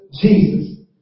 Jesus